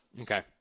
Okay